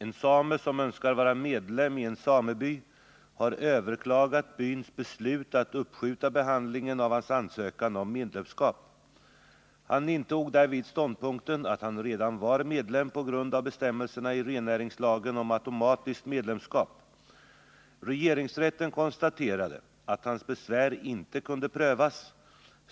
En same som önskar vara medlem i en sameby har överklagat byns beslut att uppskjuta behandlingen av hans ansökan om medlemskap. Han intog därvid ståndpunkten att han redan var medlem på grund av bestämmelserna i rennäringslagen om automatiskt medlemskap. Regeringsrätten konstaterade att hans besvär inte kunde prövas.